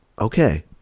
Okay